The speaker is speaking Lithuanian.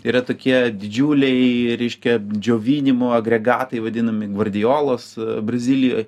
yra tokie didžiuliai reiškia džiovinimo agregatai vadinami gvardijolos brazilijoj